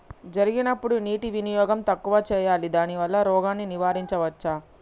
జరిగినప్పుడు నీటి వినియోగం తక్కువ చేయాలి దానివల్ల రోగాన్ని నివారించవచ్చా?